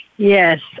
Yes